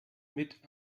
mit